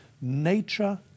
Nature